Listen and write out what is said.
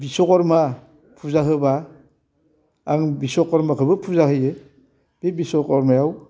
बिस्व'खरमा फुजा होबा आङो बिस्व'खरमाखौबो फुजा होयो बे बिस्व'खरमायाव